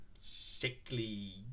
sickly